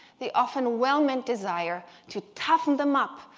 the often well-meant desire to toughen them up,